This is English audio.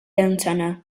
antenna